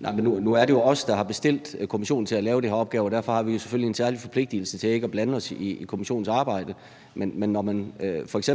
Nu er det jo os, der har bestilt kommissionen til at løse den her opgave, og derfor har vi selvfølgelig en særlig forpligtelse til ikke at blande os i kommissionens arbejde. Men når man f.eks.